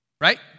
Right